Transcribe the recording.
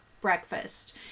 breakfast